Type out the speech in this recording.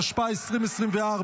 התשפ"ה 2024,